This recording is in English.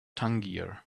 tangier